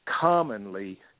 Commonly